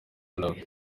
malawi